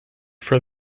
for